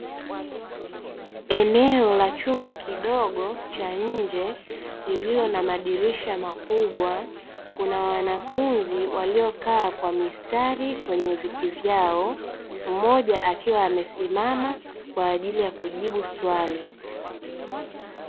Eneo la chumba kidogo cha nje lililo na madirisha makubwa kuna wanafunzi waliokaa kwa mistari kwenye viti vyao, mmoja akiwa amesimama kwa ajili ya kujibu swali.